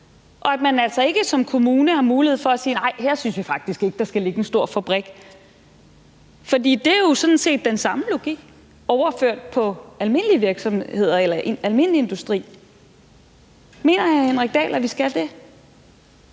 nationale krav og kommunen ikke har mulighed for at sige: Her synes vi faktisk ikke der skal ligge en stor fabrik. Det er jo sådan set den samme logik overført på en almindelig virksomhed eller en almindelig industri. Mener hr. Henrik Dahl, at vi skal det?